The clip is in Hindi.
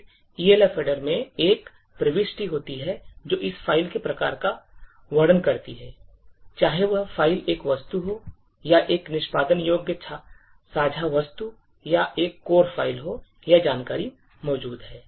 फिर Elf Header में एक प्रविष्टि होती है जो इस फ़ाइल के प्रकार का वर्णन करती है चाहे वह फ़ाइल एक वस्तु हो या एक निष्पादन योग्य साझा वस्तु या एक कोर फ़ाइल हो यह जानकारी मौजूद है